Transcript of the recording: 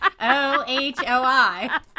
O-H-O-I